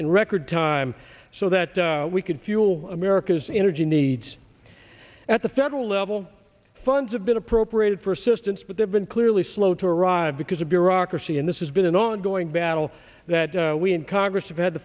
in record time so that we could fuel america's energy needs at the federal level funds have been appropriated for assistance but they've been clearly slow to arrive because of bureaucracy and this is been an ongoing battle that we in congress have had to